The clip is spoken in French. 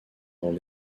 dans